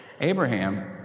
Abraham